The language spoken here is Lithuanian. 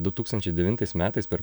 du tūkstančiai devintais metais per